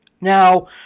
Now